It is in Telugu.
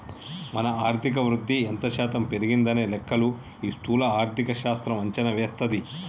మన ఆర్థిక వృద్ధి ఎంత శాతం పెరిగిందనే లెక్కలు ఈ స్థూల ఆర్థిక శాస్త్రం అంచనా వేస్తది